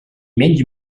menys